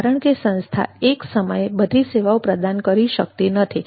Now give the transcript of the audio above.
કારણ કે સંસ્થા એક સમયે બધી સેવાઓ પ્રદાન કરી શકતી નથી